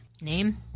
Name